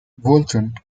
woolton